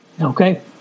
Okay